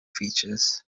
features